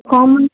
commerce